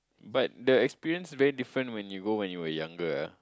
but the experience very different when you go when you were younger ah